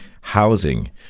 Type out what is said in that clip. housing